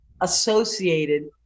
associated